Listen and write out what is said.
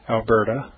Alberta